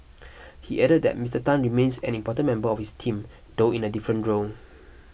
he added that Mister Tan remains an important member of his team though in a different role